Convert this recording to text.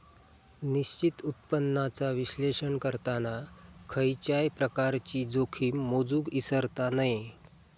निश्चित उत्पन्नाचा विश्लेषण करताना खयच्याय प्रकारची जोखीम मोजुक इसरता नये